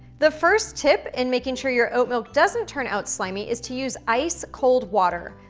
the first tip in making sure your oat milk doesn't turn out slimy is to use ice cold water,